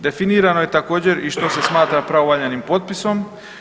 Definirano je također i što se smatra pravovaljanim potpisom.